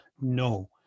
no